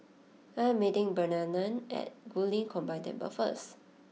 I am meeting Bernarnen at Guilin Combined Temple first